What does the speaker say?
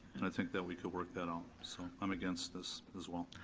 i think that we could work that out, so i'm against this as well.